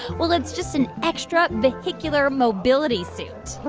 well, it's just an extravehicular mobility suit